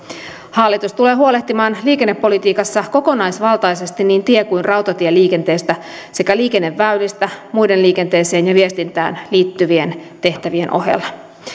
hallitus tulee huolehtimaan liikennepolitiikassa kokonaisvaltaisesti niin tie kuin rautatieliikenteestä sekä liikenneväylistä muiden liikenteeseen ja viestintään liittyvien tehtävien ohella